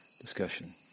discussion